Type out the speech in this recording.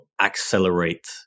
accelerate